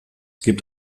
gibt